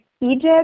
Egypt